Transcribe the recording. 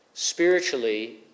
Spiritually